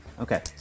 Okay